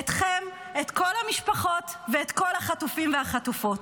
אתכם, את כל המשפחות ואת כל החטופים והחטופות.